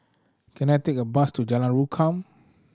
can I take a bus to Jalan Rukam